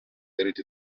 eriti